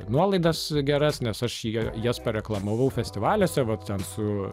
nuolaidas geras nes aš ja jas pareklamavau festivaliuose vat ten su